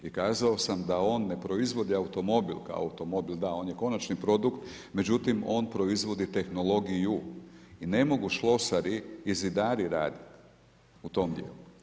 I kazao sam da on ne proizvodi automobil kao automobil, da je on je konačni produkt, međutim on proizvodi tehnologiju i ne mogu šlosari i zidari raditi u tom dijelu.